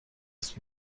دست